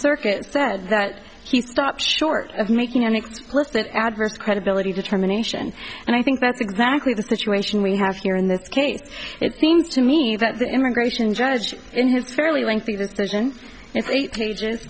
circuit said that he stops short of making and it's left an adverse credibility determination and i think that's exactly the situation we have here in this case it seems to me that the immigration judge in his fairly lengthy discussion it's eight pages